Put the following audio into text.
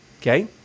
Okay